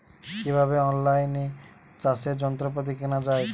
কিভাবে অন লাইনে চাষের যন্ত্রপাতি কেনা য়ায়?